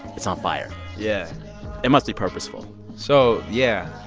it's on fire yeah it must be purposeful so yeah,